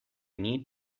need